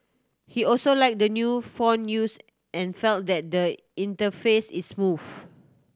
he also liked the new font used and felt that the interface is smooth